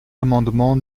amendement